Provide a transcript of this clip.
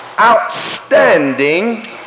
outstanding